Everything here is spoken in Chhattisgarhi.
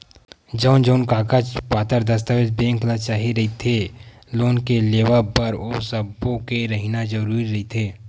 जउन जउन कागज पतर दस्ताबेज बेंक ल चाही रहिथे लोन के लेवब बर ओ सब्बो के रहिना जरुरी रहिथे